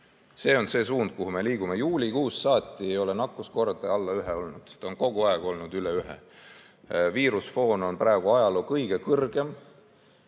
See on see suund, kuhu me liigume. Juulikuust saati ei ole nakkuskordaja alla 1 olnud, ta on kogu aeg olnud üle 1. Viirusfoon on praegu ajaloo kõige kõrgem.